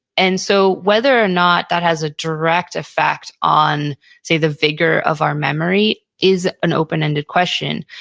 and so whether or not that has a direct effect on say the vigor of our memory is an open-ended question.